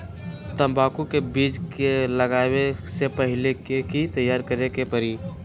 तंबाकू के बीज के लगाबे से पहिले के की तैयारी करे के परी?